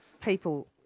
people